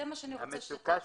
זה מה שאני רוצה שאתה תתמקד בו.